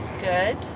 good